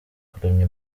kuramya